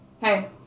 Hey